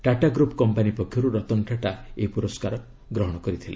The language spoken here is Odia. ଟାଟା ଗ୍ରୁପ୍ କମ୍ପାନୀ ପକ୍ଷରୁ ରତନ ଟାଟା ଏହି ପୁରସ୍କାର ଗ୍ରହଣ କରିଛନ୍ତି